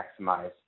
maximize